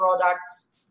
products